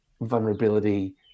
vulnerability